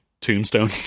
tombstone